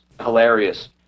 hilarious